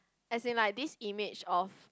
as in like this image of